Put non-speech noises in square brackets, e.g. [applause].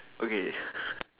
okay [breath]